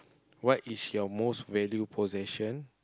what is your most value possession